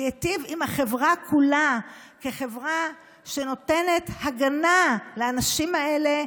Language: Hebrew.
וייטיב עם החברה כולה כחברה שנותנת הגנה לאנשים האלה,